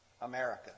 America